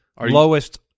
lowest